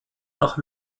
nach